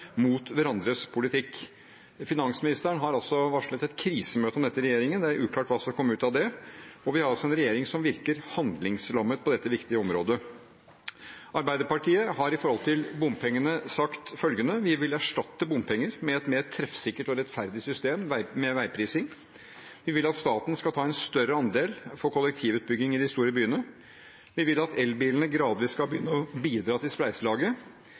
mot hverandres politikk. Finansministeren har varslet et krisemøte om dette i regjeringen. Det er uklart hva som kommer ut av det. Vi har altså en regjering som virker handlingslammet på dette viktige området. Arbeiderpartiet har, når det gjelder bompenger, sagt følgende: Vi vil erstatte bompenger med et mer treffsikkert og rettferdig system med veiprising. Vi vil at staten skal ta en større andel av kollektivutbyggingen i de store byene. Vi vil at elbilene gradvis skal begynne å bidra til spleiselaget.